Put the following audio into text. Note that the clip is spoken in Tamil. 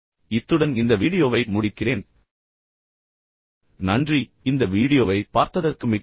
எனவே இந்த எண்ணத்துடன் இந்த வீடியோவை முடிக்கிறேன் நன்றி இந்த வீடியோவைப் பார்த்ததற்கு மிக்க நன்றி